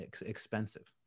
expensive